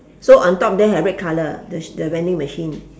so on top there have red colour the the vending machine